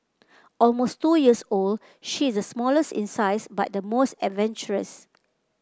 almost two years old she is smallest in size but the most adventurous